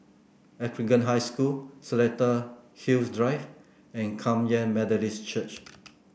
Anglican High School Seletar Hills Drive and Kum Yan Methodist Church